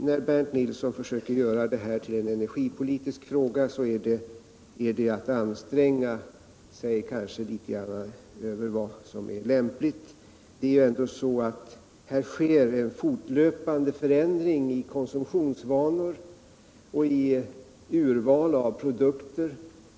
När Bernt Nilsson försöker göra detta till en energipolitisk fråga är det kanske att anstränga sig litet grand utöver vad som är lämpligt. Här sker ju en fortlöpande förändring i konsumtionsvanor och i urval av produkter.